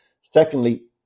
Secondly